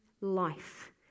life